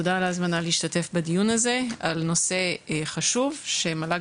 תודה על ההזמנה להשתתף בדיון הזה על נושא חשוב שמל"ג